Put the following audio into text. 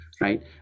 right